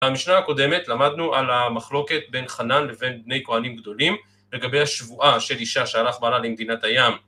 במשנה הקודמת למדנו על המחלוקת בין חנן לבין בני כהנים גדולים, לגבי השבועה של אישה שהלך בעלה למדינת הים